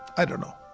i don't know.